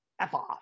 F-off